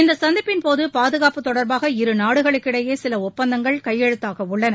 இச்சந்திப்பின்போது பாதுகாப்பு தொடர்பாக இரு நாடுகளுக்கிடையே சில ஒப்பந்தங்கள் கையெழுத்தாக உள்ளன